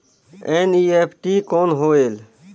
NEFT कौन होएल?